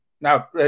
Now